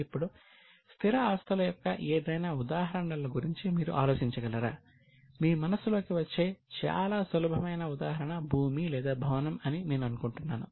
ఇప్పుడు స్థిర ఆస్తుల యొక్క ఏదైనా ఉదాహరణల గురించి మీరు ఆలోచించగలరా మీ మనస్సులోకి వచ్చే చాలా సులభమైన ఉదాహరణ భూమి లేదా భవనం అని నేను అనుకుంటున్నాను